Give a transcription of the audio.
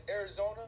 Arizona